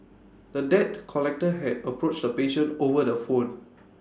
the debt collector had approached the patient over the phone